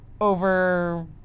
over